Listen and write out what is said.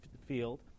field